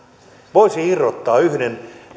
voisi irrottaa yhden